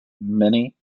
many